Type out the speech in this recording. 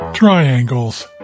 Triangles